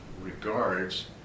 regards